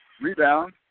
rebound